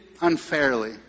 unfairly